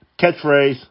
Catchphrase